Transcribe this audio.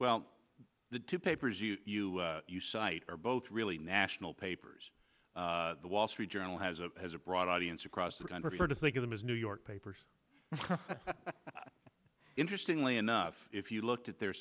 well the two papers you you cite are both really national papers the wall street journal has a has a broad audience across the country for to think of them as new york papers interestingly enough if you look at their